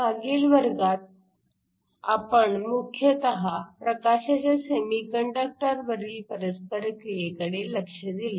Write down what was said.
मागील वर्गात आपण मुख्यतः प्रकाशाच्या सेमीकंडक्टरवरील परस्परक्रियेकडे लक्ष दिले